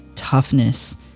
toughness